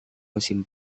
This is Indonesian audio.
musim